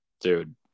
Dude